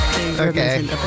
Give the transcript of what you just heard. Okay